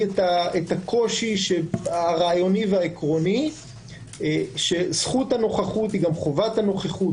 את הקושי הרעיוני והעקרוני שזכות הנוכחות היא גם חובת הנוכחות,